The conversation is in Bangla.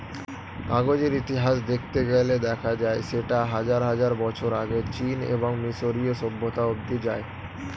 কাগজের ইতিহাস দেখতে গেলে দেখা যায় সেটা হাজার হাজার বছর আগে চীন এবং মিশরীয় সভ্যতা অবধি যায়